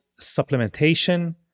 supplementation